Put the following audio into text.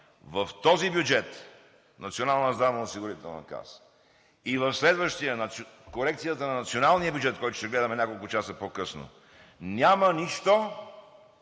в този бюджет на Националната здравноосигурителна каса и в корекцията на националния бюджет, който ще гледаме няколко часа по-късно, няма нищо,